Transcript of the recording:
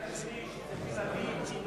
הנושא השני הוא שצריכים להביא תינוק